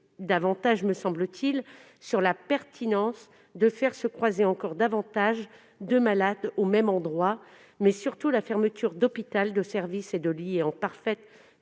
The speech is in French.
davantage, me semble-t-il, sur la pertinence de faire se croiser encore plus de malades au même endroit. Surtout, la fermeture d'hôpitaux, de services et de lits est en complète